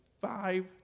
five